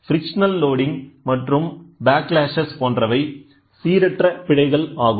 frictional loading மற்றும் backlash போன்றவை சீரற்ற பிழைகள் ஆகும்